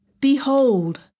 Behold